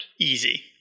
Easy